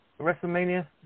WrestleMania